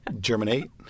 Germinate